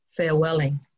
farewelling